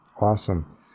awesome